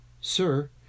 Sir